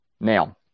Now